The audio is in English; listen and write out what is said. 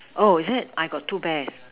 oh is it I got two bear